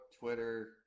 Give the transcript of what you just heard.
Twitter